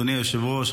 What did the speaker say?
אדוני היושב-ראש,